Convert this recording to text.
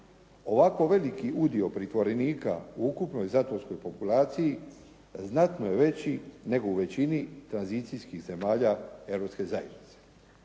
Ovako veliki udio pritvorenika u ukupnoj zatvorskoj populaciji, znatno je veći nego većini tranzicijskih zemalja